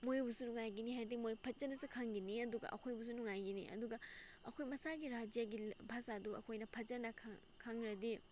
ꯃꯣꯏꯕꯨꯁꯨ ꯅꯨꯡꯉꯥꯏꯒꯅꯤ ꯍꯥꯏꯔꯗꯤ ꯃꯣꯏ ꯐꯖꯅꯁꯨ ꯈꯪꯒꯅꯤ ꯑꯗꯨꯒ ꯑꯩꯈꯣꯏꯕꯨꯁꯨ ꯅꯨꯡꯉꯥꯏꯒꯅꯤ ꯑꯗꯨꯒ ꯑꯩꯈꯣꯏ ꯃꯁꯥꯒꯤ ꯔꯥꯏꯖ꯭ꯌꯥꯒꯤ ꯚꯥꯁꯥꯗꯨ ꯑꯩꯈꯣꯏꯅ ꯐꯖꯅ ꯈꯪꯂꯗꯤ